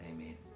Amen